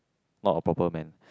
not a proper man